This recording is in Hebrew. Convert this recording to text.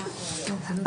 וכו'.